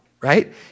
right